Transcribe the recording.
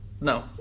no